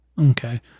Okay